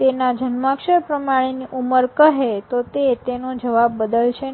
તેના જન્માક્ષર પ્રમાણેની ઉંમર કહે તો તે તેનો જવાબ બદલશે નહીં